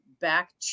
back